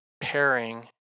pairing